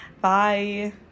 Bye